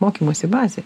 mokymosi bazė